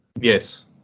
Yes